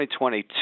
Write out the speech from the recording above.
2022